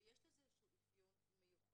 ויש לזה איזה שהוא אפיון מיוחד.